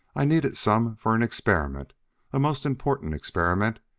i needed some for an experiment a most important experiment.